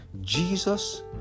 Jesus